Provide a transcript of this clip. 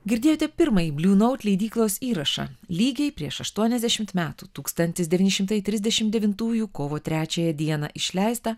girdėjote pirmąjį bliu naut leidyklos įrašą lygiai prieš aštuoniasdešimt metų tūkstantis devyni šimtai trisdešim devintųjų kovo trečiąją dieną išleistą